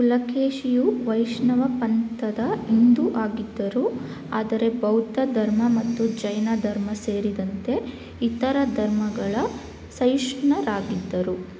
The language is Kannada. ಪುಲಕೇಶಿಯು ವೈಷ್ಣವ ಪಂಥದ ಇಂದು ಆಗಿದ್ದರು ಆದರೆ ಬೌದ್ಧ ಧರ್ಮ ಮತ್ತು ಜೈನ ಧರ್ಮ ಸೇರಿದಂತೆ ಇತರ ಧರ್ಮಗಳ ಸಹಿಷ್ಣರಾಗಿದ್ದರು